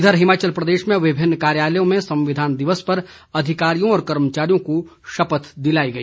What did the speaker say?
इधर हिमाचल प्रदेश में विभिन्न कार्यालयों में संविधान दिवस पर अधिकारियों व कर्मचारियों को शपथ दिलाई गई